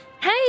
Hey